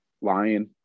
lying